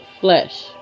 flesh